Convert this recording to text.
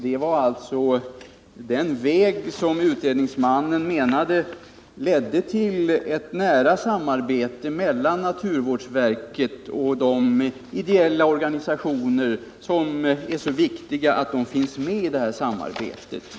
Det var alltså den väg som utredningsmannen ansåg ledde till ett nära samarbete mellan naturvårdsverket och de ideella organisationer, vars medverkan i detta samarbete är så viktig.